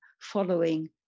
following